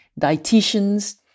dietitians